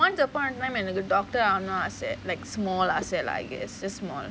once upon a time when there's a doctor அவனும் ஆச:aavanum aasa like small ஆச:aasa lah I guess just small